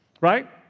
right